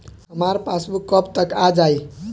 हमार पासबूक कब तक आ जाई?